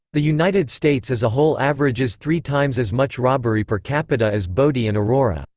the united states as a whole averages three times as much robbery per capita as bodie and aurora.